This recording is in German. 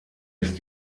ist